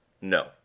No